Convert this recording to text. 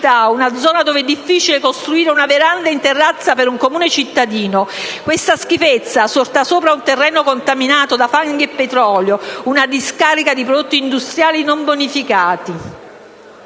una zona dove è difficile costruire una veranda in terrazza per un comune cittadino, questa schifezza sorta sopra un terreno contaminato da fanghi e petrolio, una discarica di prodotti industriali non bonificata».